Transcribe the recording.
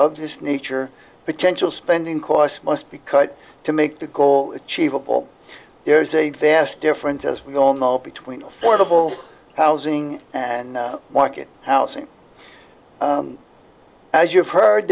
of this nature potential spending costs must be cut to make the goal chiva ball there is a vast difference as we all know between affordable housing and now market housing as you've heard